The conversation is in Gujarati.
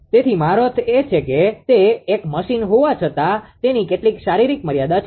તેથી મારો અર્થ છે કે તે એક મશીન હોવા છતાં તેની કેટલીક શારીરિક મર્યાદા છે